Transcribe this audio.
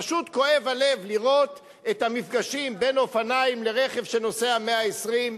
פשוט כואב הלב לראות את המפגשים בין אופניים לרכב שנוסע 120,